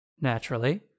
naturally